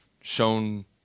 shown